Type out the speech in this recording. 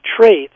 traits